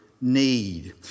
need